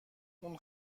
اون